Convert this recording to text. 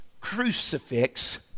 crucifix